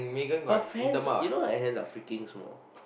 her hands you know her hands are freaking small